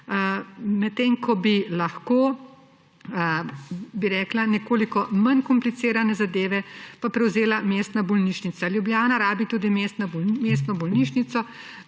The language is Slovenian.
medtem ko bi lahko nekoliko manj komplicirane zadeve prevzela mestna bolnišnica. Ljubljana potrebuje tudi mestno bolnišnico,